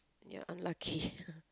you are unlucky